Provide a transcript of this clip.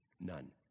None